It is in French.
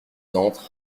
entrent